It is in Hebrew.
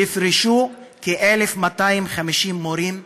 יפרשו כ-1,250 מורים בשנה.